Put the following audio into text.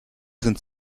sind